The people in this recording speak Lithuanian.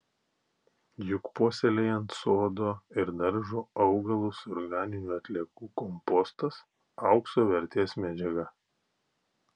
juk puoselėjant sodo ir daržo augalus organinių atliekų kompostas aukso vertės medžiaga